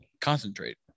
concentrate